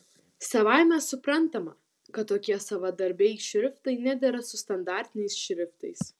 savaime suprantama kad tokie savadarbiai šriftai nedera su standartiniais šriftais